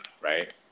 right